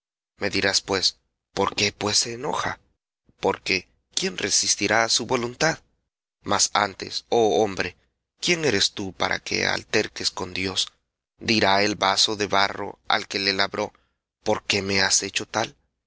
me dirás pues por qué pues se enoja porque quién resistirá á su voluntad mas antes oh hombre quién eres tú para que alterques con dios dirá el vaso de barro al que le labró por qué me has hecho tal